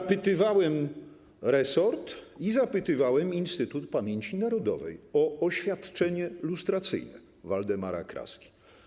Zapytywałem resort i zapytywałem Instytut Pamięci Narodowej o oświadczenie lustracyjne Waldemara Kraski.